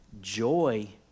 Joy